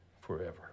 forever